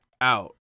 out